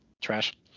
Trash